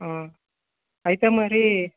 ఆ అయితే మరి